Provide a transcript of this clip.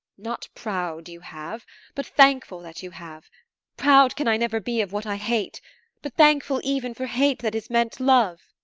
not proud you have but thankful that you have proud can i never be of what i hate but thankful even for hate that is meant love.